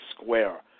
square